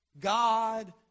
God